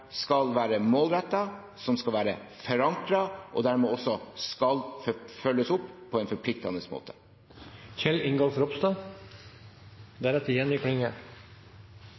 skal være målrettede, som skal være forankret, og som dermed også skal følges opp på en forpliktende